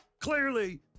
clearly